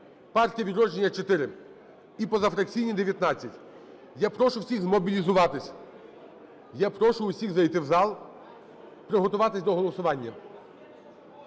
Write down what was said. "Партія "Відродження" – 4 і позафракційні – 19. Я прошу всіх змобілізуватися. Я прошу усіх зайти в зал й приготуватись до голосування.